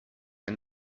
and